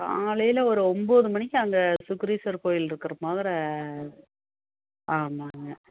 காலையில் ஒரு ஒம்பது மணிக்கு அந்த சுக்ரீஸ்வரர் கோயிலில் இருக்கிற முகர ஆமாங்க